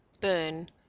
Burn